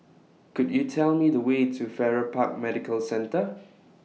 Could YOU Tell Me The Way to Farrer Park Medical Centre